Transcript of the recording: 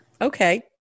Okay